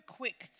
quick